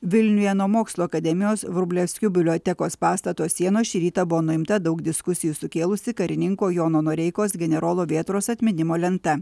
vilniuje nuo mokslų akademijos vrublevskių bibliotekos pastato sienos šį rytą buvo nuimta daug diskusijų sukėlusi karininko jono noreikos generolo vėtros atminimo lenta